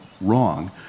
wrong